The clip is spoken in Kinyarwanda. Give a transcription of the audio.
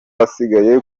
hasigaye